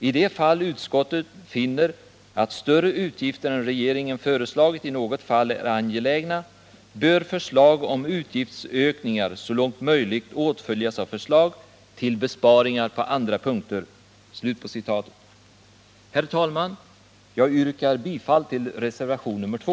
I de fall utskotten finner att större utgifter än regeringen föreslagit i något fall är angelägna bör förslag om utgiftsökningar så långt möjligt åtföljas av förslag till besparingar på andra punkter.” Herr talman! Jag yrkar bifall till reservationen 2.